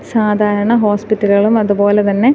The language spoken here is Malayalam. സാധാരണ ഹോസ്പിറ്റലുകളും അതുപോലെതന്നെ